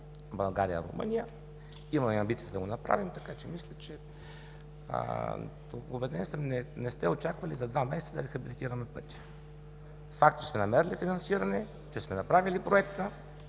България – Румъния“. Имаме и амбицията да го направим. Убеден съм, не сте очаквали за два месеца да рехабилитираме пътя. Факт е, че сме намерили финансиране, че сме направили проекта.